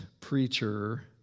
preacher